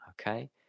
okay